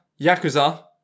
Yakuza